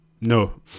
no